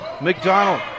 McDonald